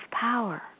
power